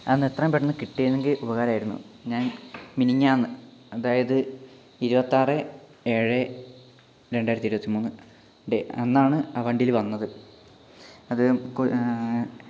അത് ഒന്ന് എത്രയും പെട്ടെന്ന് കിട്ടിയിരുന്നെങ്കിൽ ഉപകാരമായിരുന്നു ഞാൻ മിനിഞ്ഞാന്ന് അതായത് ഇരുപത്താറ് ഏഴ് രണ്ടായിരത്തി ഇരുപത്തി മൂന്ന് ഡേ അന്നാണ് ആ വണ്ടിയിൽ വന്നത് അത്